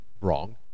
wrong